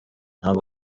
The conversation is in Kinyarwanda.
ntabwo